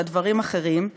אלא בדברים אחרים,